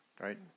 right